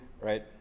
right